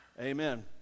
Amen